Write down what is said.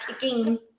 kicking